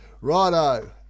Righto